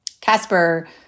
Casper